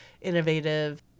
innovative